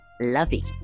lovey